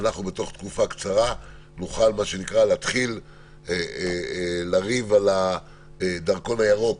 בתוך תקופה קצרה נוכל להתחיל לריב על הדרכון הירוק.